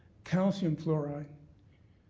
calcium fluoride.